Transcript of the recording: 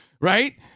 right